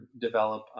develop